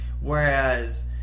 whereas